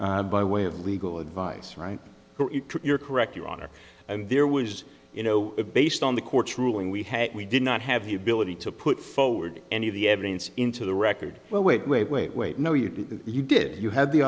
scully by way of legal advice right you're correct your honor and there was you know based on the court's ruling we had we did not have the ability to put forward any of the evidence into the record well wait wait wait wait no you did you did you had the